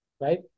right